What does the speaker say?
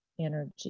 energy